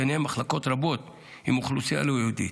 וביניהן מחלקות רבות עם אוכלוסייה לא יהודית.